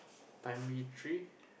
primary three